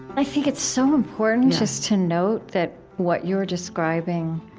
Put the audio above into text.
i think it's so important just to note that what you're describing,